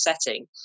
setting